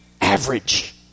average